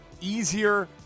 easier